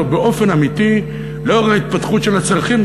באופן אמיתי לאור ההתפתחות של הצרכים.